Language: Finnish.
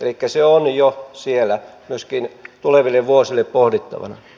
elikkä se on jo siellä myöskin tuleville vuosille pohdittavana